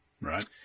Right